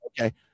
okay